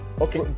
okay